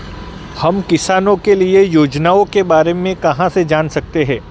हम किसानों के लिए योजनाओं के बारे में कहाँ से जान सकते हैं?